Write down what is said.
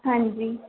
ਹਾਂਜੀ